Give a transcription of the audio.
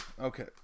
Okay